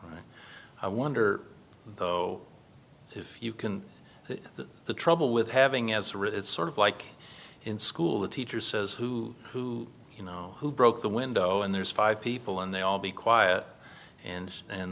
i wonder though if you can that the trouble with having as sort of like in school the teacher says who who you know who broke the window and there's five people and they all be quiet and and